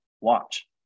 watch